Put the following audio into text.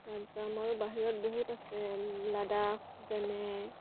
তাত যাম আৰু বাহিৰত বহুত আছে লাডাখ যেনে